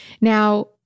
Now